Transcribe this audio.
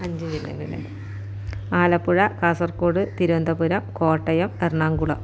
അഞ്ച് ജില്ലകൾ അല്ലേ ആലപ്പുഴ കാസർഗോഡ് തിരുവനന്തപുരം കോട്ടയം എറണാകുളം